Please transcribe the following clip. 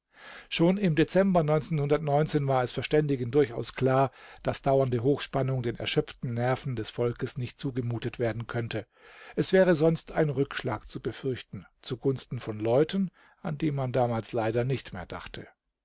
schon im dezember war es verständigen durchaus klar daß dauernde hochspannung den erschöpften nerven des volkes nicht zugemutet werden könnte es wäre sonst ein rückschlag zu befürchten zugunsten von leuten an die man damals leider nicht mehr dachte